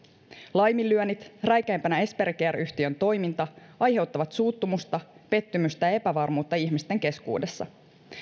laiminlyönnit räikeimpänä esperi care yhtiön toiminta aiheuttavat suuttumusta pettymystä ja epävarmuutta ihmisten keskuudessa